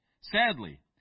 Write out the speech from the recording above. Sadly